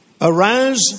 Arise